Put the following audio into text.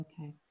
Okay